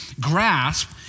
grasp